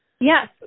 Yes